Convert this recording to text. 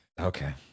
okay